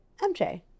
MJ